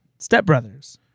Stepbrothers